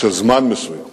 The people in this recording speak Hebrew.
של זמן מסוים.